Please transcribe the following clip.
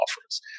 offers